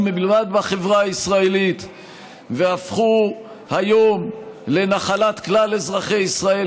בלבד בחברה הישראלית והפכו היום לנחלת כלל אזרחי ישראל,